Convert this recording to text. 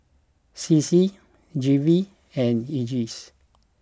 C C G V and E J C